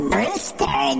Brewster